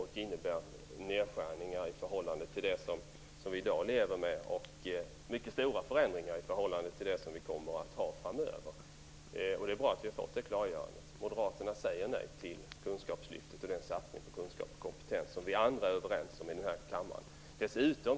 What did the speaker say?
Det innebär nedskärningar i förhållande till det vi lever med i dag och mycket stora förändringar i förhållande till vad vi kommer att ha framöver. Det är bra att vi fått detta klargörande. Moderaterna säger nej till kunskapslyftet och till den satsning på kunskap och kompetens som vi andra i den här kammaren är överens om.